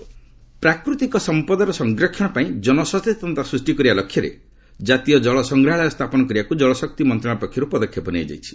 water workshop ପ୍ରାକୃତିକ ସମ୍ପଦର ସଂରକ୍ଷଣ ପାଇଁ ଜନସଚେତନତା ସୃଷ୍ଟି କରିବା ଲକ୍ଷ୍ୟରେ ଜାତୀୟ ଜଳ ସଂଗ୍ରହାଳୟ ସ୍ଥାପନ କରିବାକୁ ଜଳଶକ୍ତି ମନ୍ତ୍ରଣାଳୟ ପକ୍ଷର୍ ପଦକ୍ଷେପ ନିଆଯାଇଛି